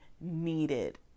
needed